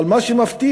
אבל מה שמפתיע,